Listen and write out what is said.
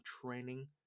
training